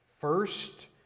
First